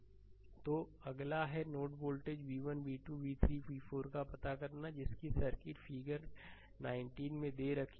slide समय देखें 2100 तो अगला है node voltage v1 v2 v3 v4 पता करना जिसकी सर्किट फिगर 19में दे रखी है